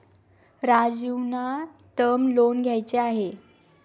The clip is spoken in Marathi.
राजीवना टर्म लोन घ्यायचे आहे